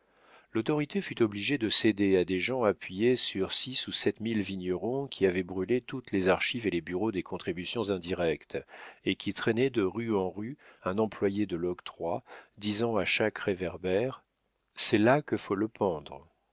l'autorité fut obligée de céder à des gens appuyés par six ou sept mille vignerons qui avaient brûlé toutes les archives et les bureaux des contributions indirectes et qui traînaient de rue en rue un employé de l'octroi disant à chaque réverbère c'est là que faut le pendre